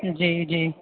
جی جی